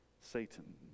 Satan